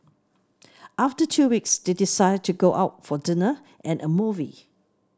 after two weeks they decide to go out for dinner and a movie